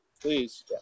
please